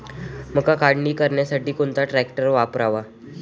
मका काढणीसाठी कोणता ट्रॅक्टर वापरावा?